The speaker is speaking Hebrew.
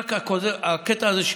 רק הקטע הזה של